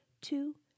Two